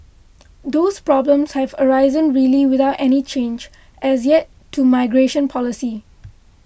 those problems have arisen really without any change as yet to migration policy